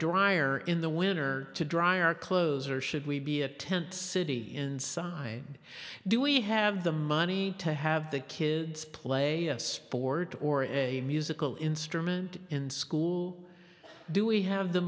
dryer in the winner to dry our clothes or should we be a tent city inside do we have the money to have the kids play a sport or a musical instrument in school do we have the